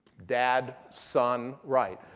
dad, son right.